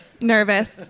Nervous